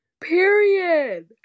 Period